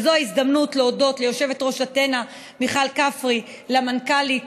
זו ההזדמנות להודות ליושבת-ראש אתנה מיכל כפרי ולמנכ"לית